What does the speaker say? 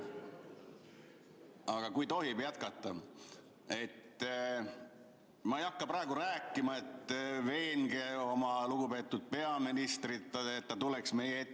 Aga kui tohib jätkata? Ma ei hakka praegu rääkima, et veenge oma lugupeetud peaministrit meie ette